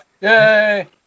Yay